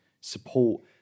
support